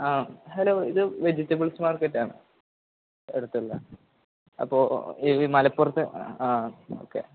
ആ ഹലോ ഇത് വെജിറ്റബിൾസ് മാർക്കറ്റാണ് അടുത്തുള്ള അപ്പോള് മലപ്പുറത്ത് ആ ഓക്കെ